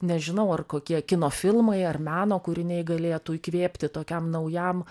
nežinau ar kokie kino filmai ar meno kūriniai galėtų įkvėpti tokiam naujam